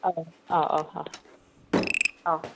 ꯑꯥꯎ ꯑꯥꯎ ꯑꯥꯎ ꯍꯣꯏ ꯑꯥꯎ